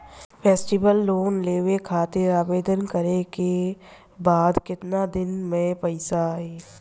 Festival loan लेवे खातिर आवेदन करे क बाद केतना दिन म पइसा आई?